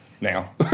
now